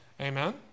Amen